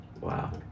Wow